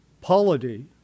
polity